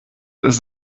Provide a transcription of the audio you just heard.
ist